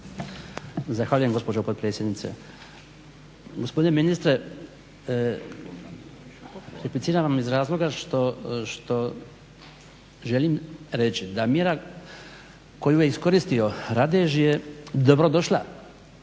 Zahvaljujem gospođo potpredsjednice. Gospodine ministre repliciram vam iz razloga što želim reći da mjera koju je iskoristio … /Govornik